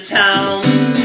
towns